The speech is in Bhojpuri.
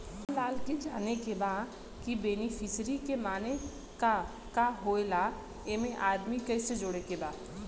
रामलाल के जाने के बा की बेनिफिसरी के माने का का होए ला एमे आदमी कैसे जोड़े के बा?